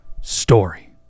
Story